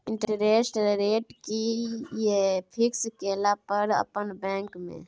Interest rate कि ये fix केला पर अपन बैंक में?